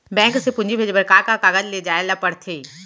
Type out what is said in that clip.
Bank से पूंजी भेजे बर का का कागज ले जाये ल पड़थे?